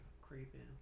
creeping